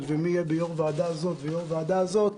ומי יהיה יו"ר ועדה זו ויו"ר ועדה זו נדחה,